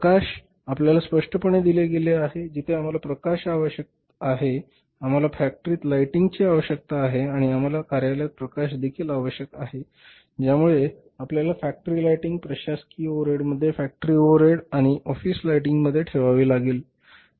प्रकाश आपल्याला स्पष्टपणे दिले गेले आहे जिथे आम्हाला प्रकाश आवश्यक आहे आम्हाला फॅक्टरीत लाइटिंगची आवश्यकता आहे आणि आम्हाला कार्यालयात प्रकाश देखील आवश्यक आहे ज्यामुळे आपल्याला फॅक्टरी लाइटिंग प्रशासकीय ओव्हरहेडमध्ये फॅक्टरी ओव्हरहेड आणि ऑफिस लाइटिंगमध्ये ठेवावी लागेल